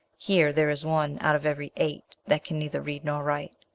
here there is one out of every eight that can neither read nor write.